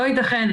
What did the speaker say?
לא ייתכן.